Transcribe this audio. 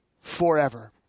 forever